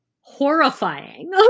horrifying